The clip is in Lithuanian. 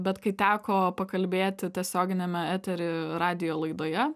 bet kai teko pakalbėti tiesioginiame etery radijo laidoje